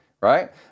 Right